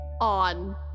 on